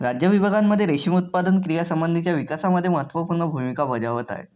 राज्य विभागांमध्ये रेशीम उत्पादन क्रियांसंबंधीच्या विकासामध्ये महत्त्वपूर्ण भूमिका बजावत आहे